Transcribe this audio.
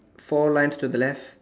four lines to the left